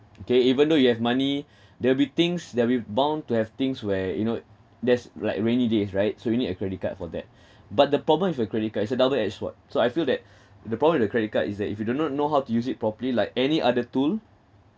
okay even though you have money there'll be things that we bound to have things where you know there's like rainy days right so you need a credit card for that but the problem with a credit card it's a double edged sword so I feel that the problem with a credit card is that if you do not know how to use it properly like any other tool